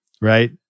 Right